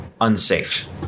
unsafe